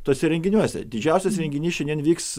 tuose renginiuose didžiausias renginys šiandien vyks